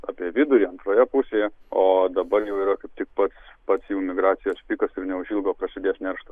apie vidurį antroje pusėje o dabar jau yra kaip tik pats pats jau migracijos pikas ir neužilgo prasidės nerštas